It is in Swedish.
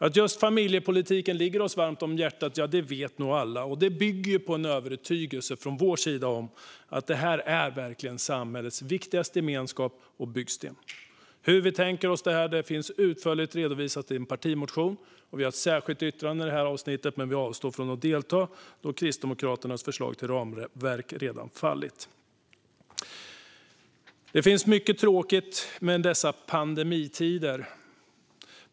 Att just familjepolitiken ligger oss varmt om hjärtat vet nog alla, och förklaringen är vår övertygelse att familjen är samhällets viktigaste gemenskap och byggsten. Hur vi tänker finns utförligt redovisat i en partimotion. Vi har ett särskilt yttrande men avstår från att delta då Kristdemokraternas förslag till ramverk redan fallit. Det finns mycket som är tråkigt med dessa pandemitider.